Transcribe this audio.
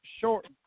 short